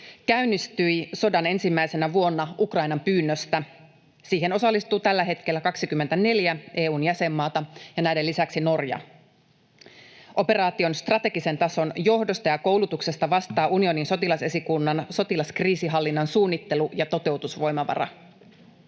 käynnistyi sodan ensimmäisenä vuonna Ukrainan pyynnöstä. Siihen osallistuu tällä hetkellä 24 EU:n jäsenmaata ja näiden lisäksi Norja. Operaation strategisen tason johdosta ja koulutuksesta vastaa unionin sotilasesikunnan sotilaskriisinhallinnan suunnittelu- ja toteutusvoimavara.